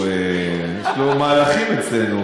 יש לו מהלכים אצלנו,